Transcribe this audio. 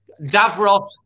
Davros